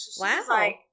Wow